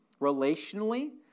Relationally